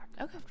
Okay